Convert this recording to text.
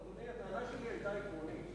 הטענה שלי היתה עקרונית.